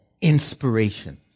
inspiration